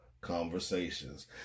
conversations